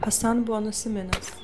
esan buvo nusiminęs